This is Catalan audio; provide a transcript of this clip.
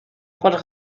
pels